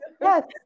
Yes